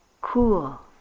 Cool